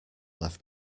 left